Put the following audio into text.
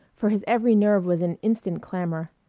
for his every nerve was in instant clamor.